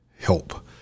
Help